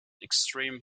extreme